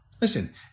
Listen